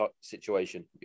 situation